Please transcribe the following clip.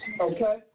Okay